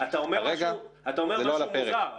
אתה אומר משהו מוזר.